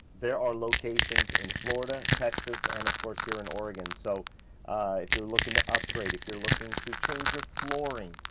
there are locations in florida, texas, and of course here in oregon. so if you're looking to upgrade, if you're looking to change your flooring,